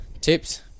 Tips